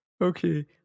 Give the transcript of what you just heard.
okay